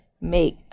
make